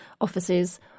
offices